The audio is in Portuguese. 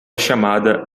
chamada